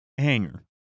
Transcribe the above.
hanger